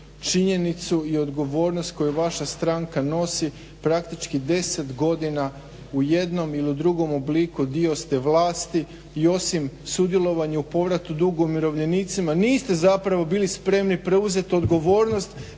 činjenicu i odgovornost koju vaša stranka nosi, praktički 10 godina u jednom ili u drugom obliku dio ste vlasti i osim sudjelovanja u povratu duga umirovljenicima niste bili spremni preuzeti odgovornost